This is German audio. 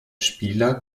spieler